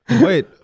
Wait